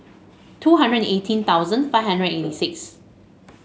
two hundred and eighteen thousand five hundred and eighty six